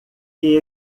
que